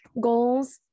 goals